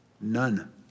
None